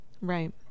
Right